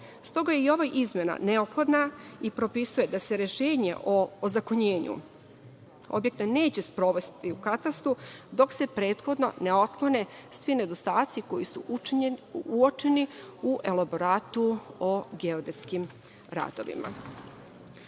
S toga je i ova izmena neophodna i propisuje da se rešenje o ozakonjenju objekta neće sprovesti u katastru dok se prethodno ne otklone svi nedostaci koji su uočeni u elaboratu o geodetskim radovima. Takođe,